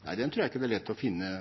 tror jeg ikke den blir lett å finne.